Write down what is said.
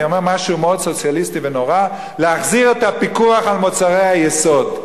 אני אומר משהו מאוד סוציאליסטי ונורא: להחזיר את הפיקוח על מוצרי היסוד.